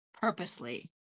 purposely